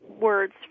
words